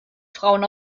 frauen